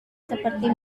seperti